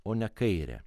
o ne kairę